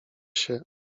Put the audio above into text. się